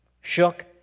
shook